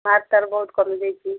mark ତାର ବହୁତ କମି ଯାଇଛି